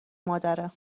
مادره